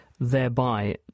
thereby